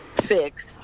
fixed